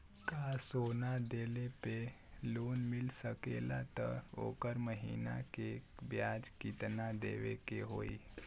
का सोना देले पे लोन मिल सकेला त ओकर महीना के ब्याज कितनादेवे के होई?